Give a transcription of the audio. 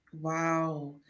Wow